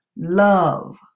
Love